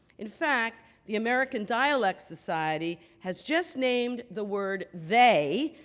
in fact, the american dialect society has just named the word they,